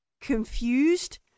confused